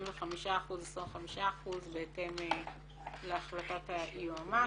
75%, 25%, בהתאם להחלטת היועמ"ש.